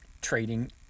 trading